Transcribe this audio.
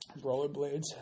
Rollerblades